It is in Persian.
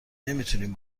نمیتونیم